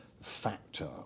factor